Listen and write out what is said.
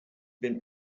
been